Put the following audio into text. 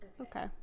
Okay